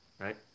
Right